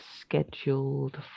scheduled